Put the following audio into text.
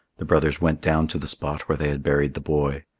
the brothers went down to the spot where they had buried the boy.